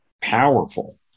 powerful